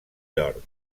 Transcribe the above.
york